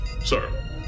sir